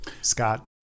Scott